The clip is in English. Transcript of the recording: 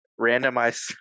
randomize